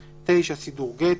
(9) סידור גט,